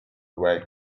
way